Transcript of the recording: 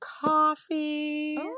coffee